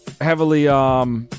heavily